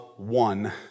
One